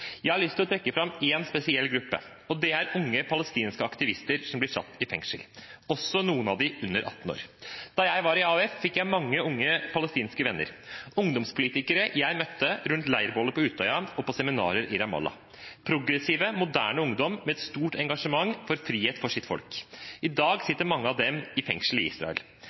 Jeg har lyst til å trekke fram én spesiell gruppe, og det er unge palestinske aktivister som blir satt i fengsel – noen av dem også under 18 år. Da jeg var i AUF, fikk jeg mange unge palestinske venner, ungdomspolitikere jeg møtte rundt leirbålet på Utøya og på seminarer i Ramallah, progressive, moderne ungdommer med et stort engasjement for frihet for sitt folk. I dag sitter mange av dem i fengsel i Israel.